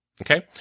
Okay